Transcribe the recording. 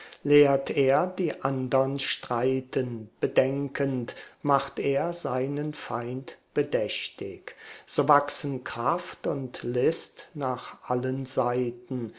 lehrt er die andern streiten bedenkend macht er seinen feind bedächtig so wachsen kraft und list nach allen seiten